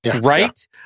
right